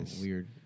weird